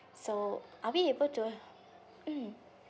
so are we able to mm